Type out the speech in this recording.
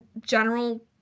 general